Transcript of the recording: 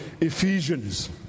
Ephesians